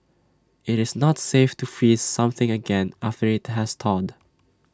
IT is not safe to freeze something again after IT has thawed